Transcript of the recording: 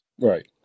Right